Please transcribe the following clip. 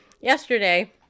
Yesterday